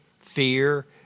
fear